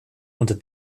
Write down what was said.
unter